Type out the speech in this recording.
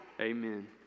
Amen